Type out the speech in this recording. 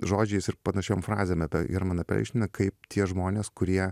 žodžiais ir panašiom frazėm apie hermaną perelšteiną kaip tie žmonės kurie